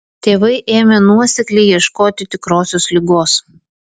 tėvai ėmė nuosekliai ieškoti tikrosios ligos